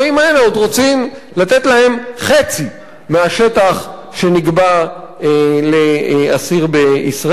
עוד רוצים לתת להם חצי מהשטח שנקבע לאסיר בישראל.